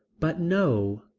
but no,